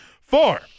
four